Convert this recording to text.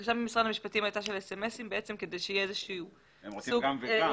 הבקשה ממשרד המשפטים ל-SMS הייתה כדי שיהיה גם וגם.